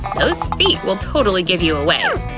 those feet will totally give you away.